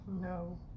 No